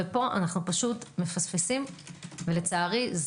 פה אנחנו מפספסים ולצערי זה